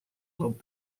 club